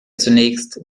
zunächst